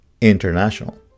international